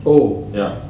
oh